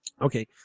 Okay